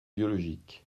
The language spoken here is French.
biologiques